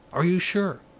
are you sure?